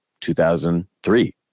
2003